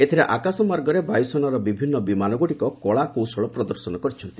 ଏଥିରେ ଆକାଶମାର୍ଗରେ ବାୟୁସେନାର ବିଭିନ୍ନ ବିମାନଗୁଡ଼ିକ କଳାକୌଶଳ ପ୍ରଦର୍ଶନ କରିଛନ୍ତି